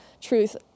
truth